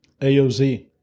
aoz